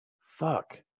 fuck